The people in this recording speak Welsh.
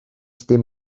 dim